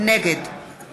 נגד